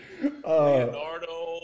Leonardo